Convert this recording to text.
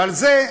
ועל זה,